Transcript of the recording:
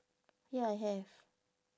ya I have